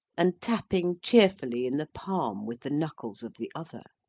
and tapping cheerfully in the palm with the knuckles of the other.